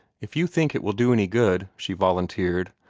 if you think it will do any good, she volunteered,